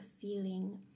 feeling